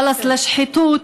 חלאס לשחיתות,